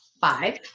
five